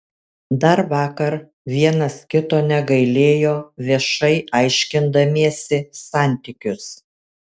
dar vakar vienas kito negailėjo viešai aiškindamiesi santykius